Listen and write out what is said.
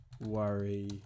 worry